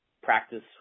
practice